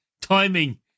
timing